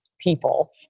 people